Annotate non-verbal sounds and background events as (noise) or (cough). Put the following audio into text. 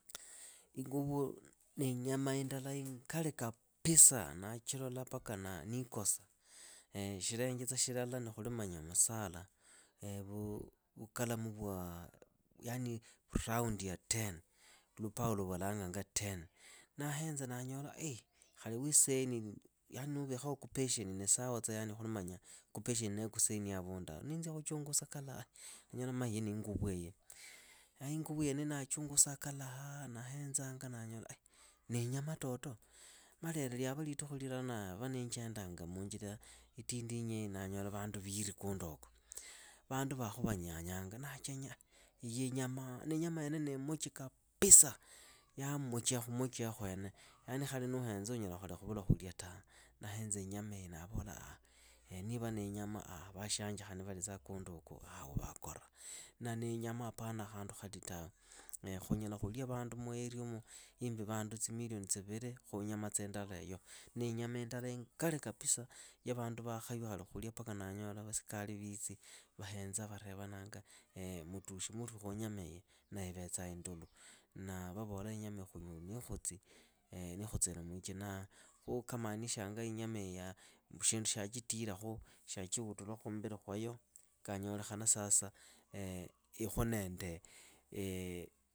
Inguvu ni inyama indala ingali kapisa ndachilola paka ndikosa. (hesitation) shilenje tsa shilala ni khuli manya musala, (hesitation) yani raundi ya ten. lupao lwa valanganga ten. Ndehenza ndanyola khali wiisieni yani nuuvikhaho kupesheni ni sawa tsa khuli kupesheni nee kusieni avunduao. Niinzia khuchungusa kalaha ndanyola ni inguvueyo. Aa inguvu yene ndachungusa kalaha ndahenzanga ndanyola ai niinyama toto? Ma lelo lyava litukhu lilala ndava niinjendanga muunjila itindinyieyo ndanyola vandu viiri kunduoko. Vandu khu vanyanyanga ndachenya iyii injama, niinyama yene ni imuchi kapisa yamuchiha khumuchiha khwene. yani khali nuuhenza unyala khali khuvula khulya tawe. Ndahenza inyama eyo ndavola niva nii nyama (hesitation) ah vashianji khali nivalitsaa kunduku awa vaakora. Na niinyama apana khandu khati tawe. Khunyala khulia vandu mu area yumu imbi vandu tsimilioni tsivili khunyamatsa indalaeyo, ni inyama indala ingali kapisa ya vandu vakhaywa khali khulia paka ndanyola vasikari viitsi vahenza varevananga mutushi muri khunyamaiyi na ivetsa indulu, na vavola inyamaiyi khunyoli niikhutsi (hesitation) nikhutsile mwichina khu kamanishang inyamaiyi shindu shyachitilakhu, shyachihutulakhu khumbili kwa yo, kalanyolekhana sasa ikhu nende (hesitation)